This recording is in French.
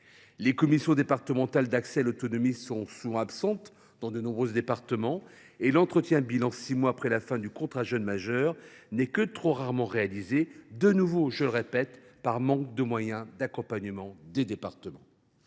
les commissions départementales d’accès à l’autonomie des jeunes majeurs sont absentes de nombreux départements et l’entretien bilan six mois après la fin du contrat jeune majeur n’est que trop rarement réalisé, faute, je le répète, de moyens d’accompagnement des départements.